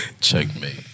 Checkmate